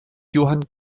johann